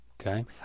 Okay